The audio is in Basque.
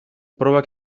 probak